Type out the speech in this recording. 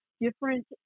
different